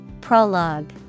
Prologue